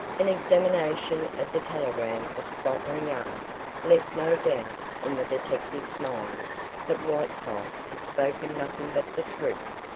an examination of the telegram at scotland yard left no doubt in the detective's mind that whiteside had spoken nothing but the truth.